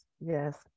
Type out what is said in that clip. Yes